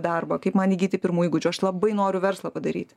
darbą kaip man įgyti pirmų įgūdžių aš labai noriu verslą padaryti